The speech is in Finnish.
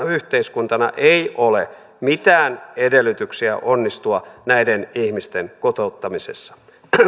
yhteiskuntana ei ole mitään edellytyksiä onnistua näiden ihmisten kotouttamisessa